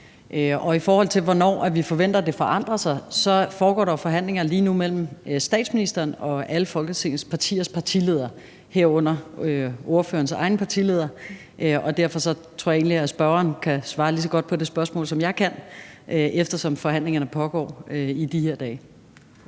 Og i forhold til hvornår vi forventer at det forandrer sig, så foregår der jo forhandlinger lige nu mellem statsministeren og alle Folketingets partiers partiledere, herunder ordførerens egen partileder. Derfor tror jeg egentlig, at spørgeren kan svare lige så godt på det spørgsmål, som jeg kan, eftersom forhandlingerne pågår i de her dage.